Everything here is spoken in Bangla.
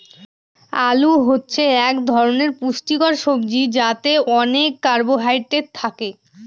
আলু হচ্ছে এক ধরনের পুষ্টিকর সবজি যাতে অনেক কার্বহাইড্রেট থাকে